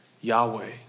Yahweh